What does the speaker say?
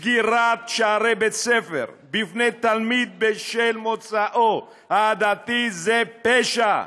סגירת שערי בית ספר בפני תלמיד בשל מוצאו העדתי זה פשע.